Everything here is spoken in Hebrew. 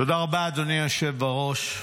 תודה רבה, אדוני היושב בראש.